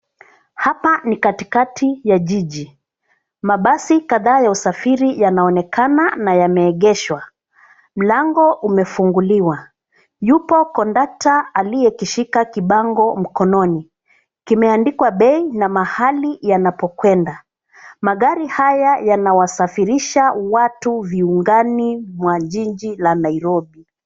Hapa ni katikati ya jiji, mabasi kadhaa ya usafiri yanaonekana na yameegeshwa. Mlango umefunguliwa. Yupo kondakta aliyekishika kibango mkononi, kimeandikwa bei na mahali yanapokwenda. Magari haya yanawasafirisha watu viungana mwa jiji la Nairobi.